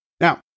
Now